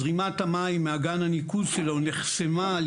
זרימת המים מהאגן הניקוז שלו נחסמה על